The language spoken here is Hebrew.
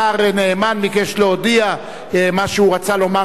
השר נאמן ביקש להודיע לפרוטוקול מה שהוא רצה לומר,